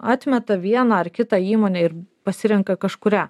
atmeta vieną ar kitą įmonę ir pasirenka kažkurią